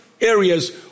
areas